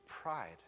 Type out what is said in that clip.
pride